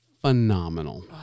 Phenomenal